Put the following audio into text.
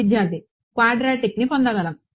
విద్యార్థి క్వాడ్రాటిక్ని పొందగలము